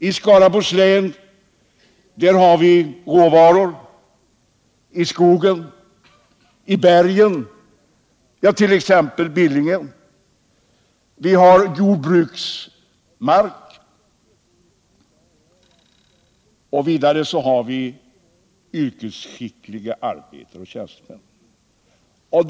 I Skaraborgs län har vi råvaror i skogen och i bergen, t.ex. i Billingen, vi har jordbruksmark och vi har yrkesskickliga arbetare och tjänstemän.